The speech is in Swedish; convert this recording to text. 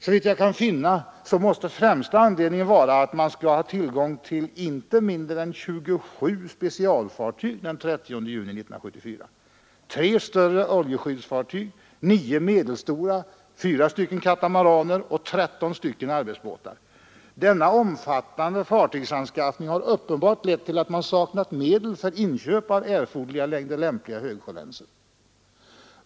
Såvitt jag kan förstå måste främsta anledningen vara att man skall ha tillgång till inte mindre än 27 specialfartyg den 30 juni 1974: tre större och nio medelstora oljeskyddsfartyg, fyra katamaraner och tretton arbetsbåtar. Denna omfattande fartygsanskaffning har uppenbarligen lett till att man saknat medel för inköp av erforderliga längder lämpliga högsjölänsor!